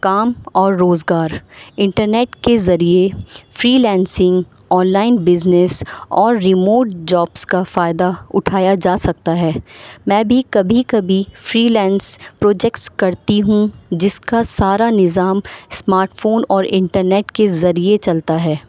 کام اور روزگار انٹرنیٹ کے ذریعے freelancing online business اور ریموٹ جابس کا فائدہ اٹھایا جا سکتا ہے میں بھی کبھی کبھی فری لینس پروجیکٹس کرتی ہوں جس کا سارا نظام اسمارٹ فون اور انٹرنیٹ کے ذریعے چلتا ہے